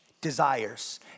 desires